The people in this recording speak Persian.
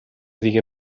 دیگه